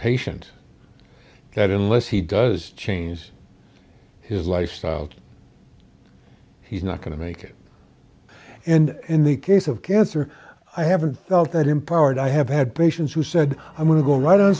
patient that unless he does change his lifestyle to he's not going to make it and in the case of cancer i haven't felt that empowered i have had patients who said i'm going to go right on